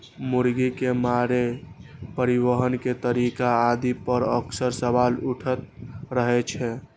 मुर्गी के मारै, परिवहन के तरीका आदि पर अक्सर सवाल उठैत रहै छै